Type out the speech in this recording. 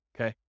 Okay